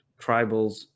tribals